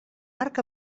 marc